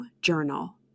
journal